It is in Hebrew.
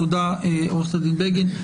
תודה, עורכת הדין בגין.